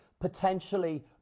potentially